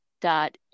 dot